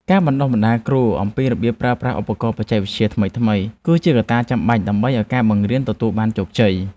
ការបណ្តុះបណ្តាលគ្រូអំពីរបៀបប្រើប្រាស់ឧបករណ៍បច្ចេកវិទ្យាថ្មីៗ គឺជាកត្តាចាំបាច់ដើម្បីឱ្យការបង្រៀនទទួលបានជោគជ័យ។